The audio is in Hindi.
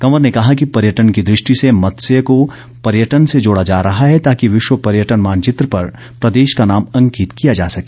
कंवर ने कहा कि पर्यटन की दृष्टि से मत्स्य को पर्यटन से जोड़ा जा रहा है ताकि विश्व पर्यटन मानचित्र पर प्रदेश का नाम अंकित किया जा सके